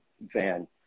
van